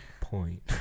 point